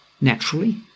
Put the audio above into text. Naturally